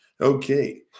Okay